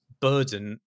burden